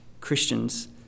Christians